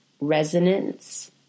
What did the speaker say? resonance